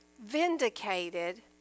vindicated